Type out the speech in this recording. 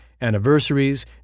anniversaries